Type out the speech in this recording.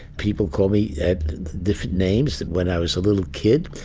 people call me different names when i was a little kid.